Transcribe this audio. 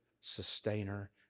sustainer